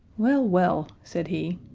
well, well, said he,